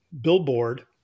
billboard